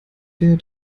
der